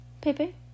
Pepe